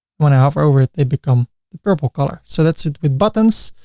when i hover over it, they become the purple color. so that's it with buttons.